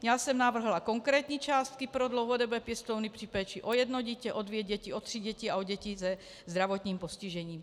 Já jsem navrhla konkrétní částky pro dlouhodobé pěstouny při péči o jedno dítě, o dvě děti, o tři děti a o děti se zdravotním postižením.